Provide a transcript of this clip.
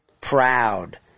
proud